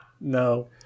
No